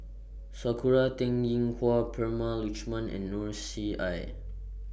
Sakura Teng Ying Hua Prema Letchumanan and Noor C I